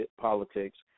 politics